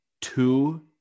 two